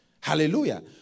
Hallelujah